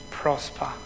prosper